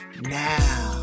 now